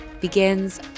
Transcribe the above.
begins